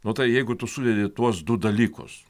nu tai jeigu tu sudedi tuos du dalykus